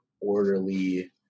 orderly